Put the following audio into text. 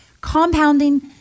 compounding